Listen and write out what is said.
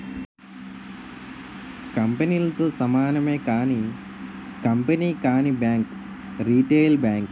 కంపెనీలతో సమానమే కానీ కంపెనీ కానీ బ్యాంక్ రిటైల్ బ్యాంక్